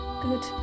good